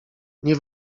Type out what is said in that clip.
nie